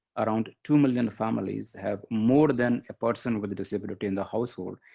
around two million families have more than a person with a disability in the household,